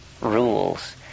rules